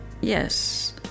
Yes